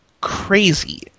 crazy